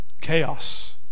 chaos